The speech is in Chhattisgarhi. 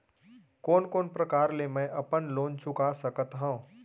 कोन कोन प्रकार ले मैं अपन लोन चुका सकत हँव?